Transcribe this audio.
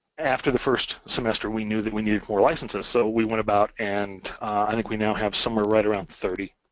after the first semester, we knew that we needed more licences so we went about and i think we now have somewhere right around thirty.